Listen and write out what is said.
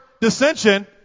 dissension